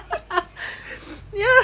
ya and